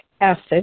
acid